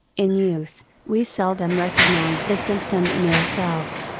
in youth, we seldom recognize the symptom in ourselves.